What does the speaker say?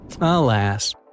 Alas